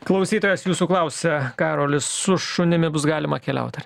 klausytojas jūsų klausia karolis su šunimi bus galima keliaut